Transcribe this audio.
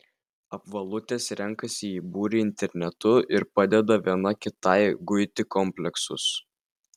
apvalutės renkasi į būrį internetu ir padeda viena kitai guiti kompleksus